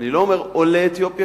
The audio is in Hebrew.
אני לא אומר עולי אתיופיה,